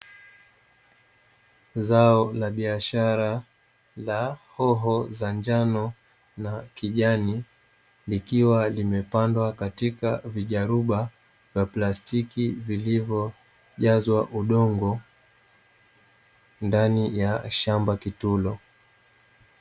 Zao la biashara la hoho za njano na kijani likiwa limepandwa katika vijaruba vya plastiki vilivyojazwa udongo ndani ya shamba kitulo.